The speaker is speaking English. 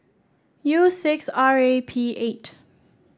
U six R A P eight